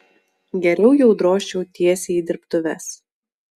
geriau jau drožčiau tiesiai į dirbtuves